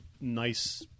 nice